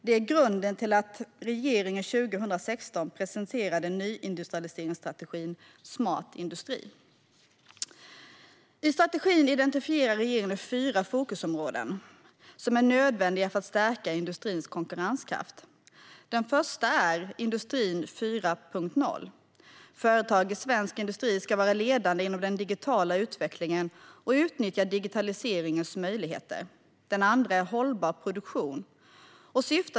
Det är grunden till att regeringen 2016 presenterade nyindustrialiseringsstrategin Smart industri. I strategin identifierar regeringen fyra fokusområden som är nödvändiga för att stärka industrins konkurrenskraft. Det första är: Industri 4.0. Företag i svensk industri ska vara ledande inom den digitala utvecklingen och utnyttja digitaliseringens möjligheter. Det andra är: Hållbar produktion.